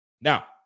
Now